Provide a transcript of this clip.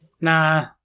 Nah